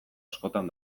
askotan